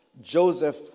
Joseph